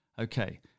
okay